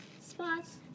spots